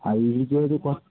আর